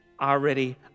already